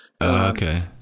Okay